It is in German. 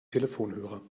telefonhörer